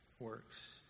works